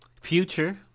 Future